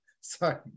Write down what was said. Sorry